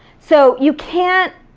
so you can't